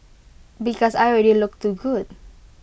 because I already look too good